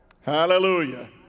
hallelujah